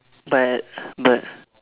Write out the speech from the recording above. but but